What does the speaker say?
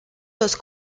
los